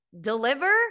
deliver